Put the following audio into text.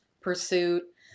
pursuit